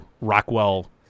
Rockwell